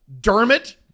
Dermot